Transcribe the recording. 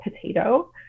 potato